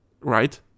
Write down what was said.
Right